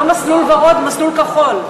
לא מסלול ורוד ומסלול כחול.